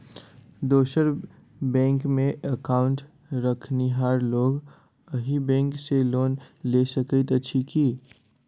दोसर बैंकमे एकाउन्ट रखनिहार लोक अहि बैंक सँ लोन लऽ सकैत अछि की?